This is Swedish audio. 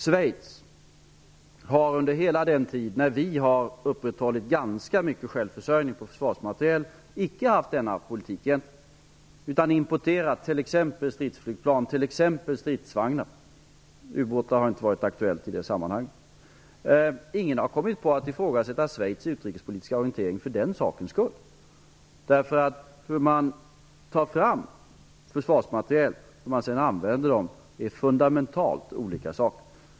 Schweiz har under hela den tid som vi har upprätthållit ganska mycket självförsörjning i fråga om försvarsmateriel icke haft denna politik, utan importerat t.ex. stridsflygplan och stridsvagnar. Ubåtar har inte varit aktuella. Ingen har kommit på att ifrågasätta Schweiz utrikespolitiska orientering för den sakens skull. Hur man tar fram försvarsmateriel och hur man sedan använder dem är fundamentalt olika saker.